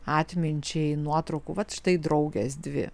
atminčiai nuotraukų vat štai draugės dvi